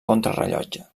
contrarellotge